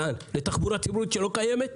את הנוסעים לתחבורה ציבורית שלא קיימת,